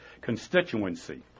constituency